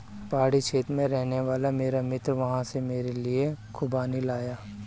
पहाड़ी क्षेत्र में रहने वाला मेरा मित्र वहां से मेरे लिए खूबानी लाया